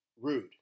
Rude